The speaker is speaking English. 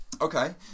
Okay